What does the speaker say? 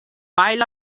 pile